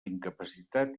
incapacitat